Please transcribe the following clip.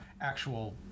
actual